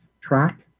Track